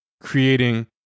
creating